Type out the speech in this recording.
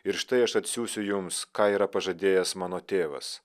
ir štai aš atsiųsiu jums ką yra pažadėjęs mano tėvas